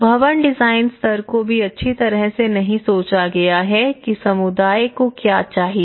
भवन डिजाइन स्तर को भी अच्छी तरह से नहीं सोचा गया है कि समुदाय को क्या चाहिए